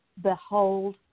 behold